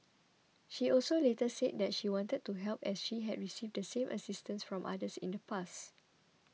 she also later said that she wanted to help as she had received the same assistance from others in the past